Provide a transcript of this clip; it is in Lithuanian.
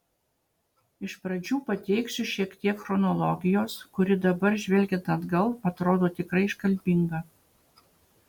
iš pradžių pateiksiu šiek tiek chronologijos kuri dabar žvelgiant atgal atrodo tikrai iškalbinga